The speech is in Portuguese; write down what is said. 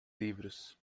livros